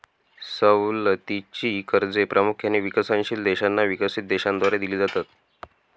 सवलतीची कर्जे प्रामुख्याने विकसनशील देशांना विकसित देशांद्वारे दिली जातात